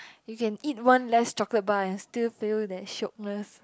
you can eat one less chocolate bar and still feel that shiokness